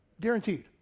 Guaranteed